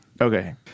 Okay